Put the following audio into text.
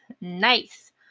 Nice